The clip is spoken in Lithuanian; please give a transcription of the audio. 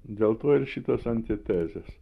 dėl to ir šitos antitezės